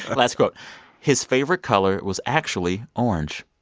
last quote his favorite color was actually orange.